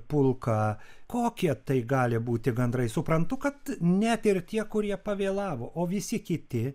pulką kokie tai gali būti gandrai suprantu kad net ir tie kurie pavėlavo o visi kiti